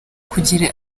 kugira